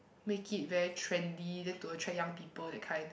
make it very trendy then to attract young people that kind